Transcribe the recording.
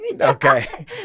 Okay